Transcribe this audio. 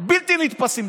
בלתי נתפסים,